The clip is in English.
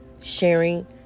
sharing